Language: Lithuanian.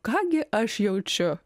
ką gi aš jaučiu